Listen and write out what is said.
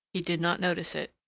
he did not notice it.